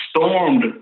stormed